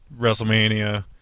WrestleMania